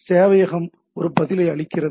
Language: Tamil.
சேவையகம் ஒரு பதிலை அளிக்கிறது